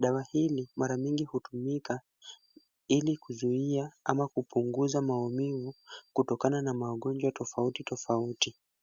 Dawa hili mara mingi hutumika, ili kuzuia ama kupunguza maumivu, kutokana na magonjwa tofauti tofauti.